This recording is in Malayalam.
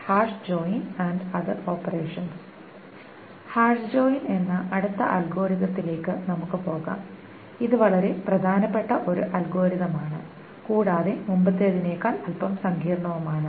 ഹാഷ് ജോയിൻ എന്ന അടുത്ത അൽഗോരിതത്തിലേക്ക് നമുക്ക് പോകാം ഇത് വളരെ പ്രധാനപ്പെട്ട ഒരു അൽഗോരിതം ആണ് കൂടാതെ മുമ്പത്തേതിനേക്കാൾ അൽപ്പം സങ്കീർണ്ണവുമാണ്